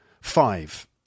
five